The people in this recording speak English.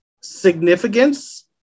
significance